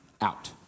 out